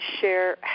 share